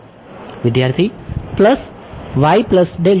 વિદ્યાર્થી y plus delta